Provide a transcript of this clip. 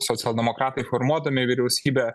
socialdemokratai formuodami vyriausybę